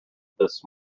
this